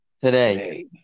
today